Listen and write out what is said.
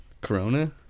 Corona